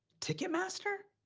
ticketmaster?